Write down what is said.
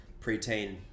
preteen